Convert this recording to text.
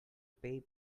pay